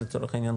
לצורך העניין,